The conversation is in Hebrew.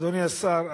אדוני השר,